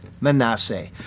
Manasseh